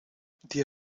dir